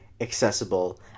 accessible